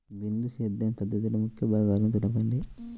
బిందు సేద్య పద్ధతిలో ముఖ్య భాగాలను తెలుపండి?